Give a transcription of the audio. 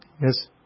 Yes